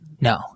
No